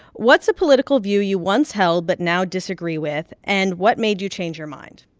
what's a political view you once held but now disagree with? and what made you change your mind?